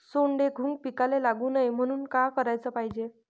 सोंडे, घुंग पिकाले लागू नये म्हनून का कराच पायजे?